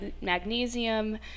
magnesium